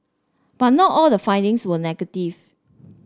but not all the findings were negative